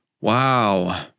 Wow